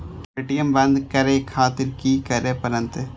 ATM बंद करें खातिर की करें परतें?